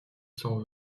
cent